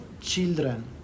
children